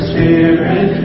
Spirit